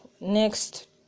Next